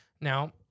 Now